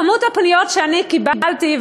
כמות הפניות שאני קיבלתי,